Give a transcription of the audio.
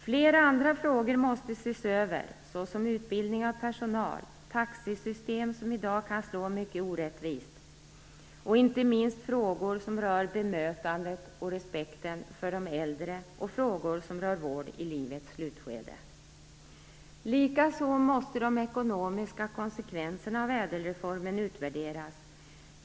Flera andra frågor måste ses över, så som utbildning av personal, taxesystem som i dag kan slå mycket orättvist och inte minst frågor som rör bemötandet och respekten för de äldre och frågor som rör vård i livets slutskede. Likaså måste de ekonomiska konsekvenserna av ÄDEL-reformen utvärderas.